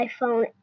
iPhone